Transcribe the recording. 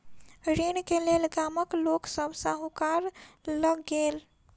ऋण के लेल गामक लोक सभ साहूकार लग गेल